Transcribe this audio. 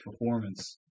performance